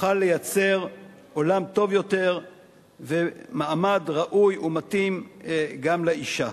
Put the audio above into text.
נוכל לייצר עולם טוב יותר ומעמד ראוי ומתאים גם לאשה.